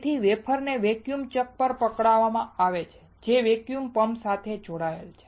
તેથી વેફરને vacuum chuck પર પકડવામાં આવે છે જે વેક્યૂમ પંપની સાથે જોડાયેલ છે